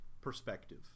perspective